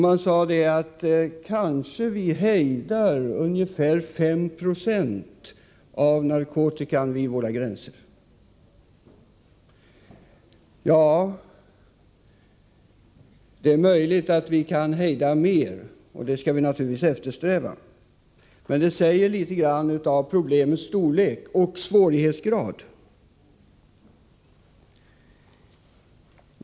Man sade att kanske hejdar vi ungefär 5 96 av narkotikan vid våra gränser. Ja, det är möjligt att vi kan hejda mer, och det skall vi naturligtvis eftersträva. Men detta säger litet om problemets storlek och svårighetsgrad.